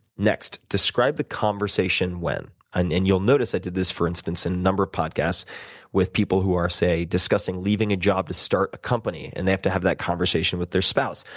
next. describe the conversation when, and then you'll notice i did this, for instance, in a number of podcasts with people who are, say, discussing leaving a job to start a company, and they have to have that conversation with their spouse.